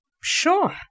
Sure